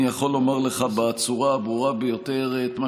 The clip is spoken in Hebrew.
אני יכול לומר לך בצורה הברורה ביותר את מה